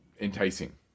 enticing